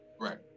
Right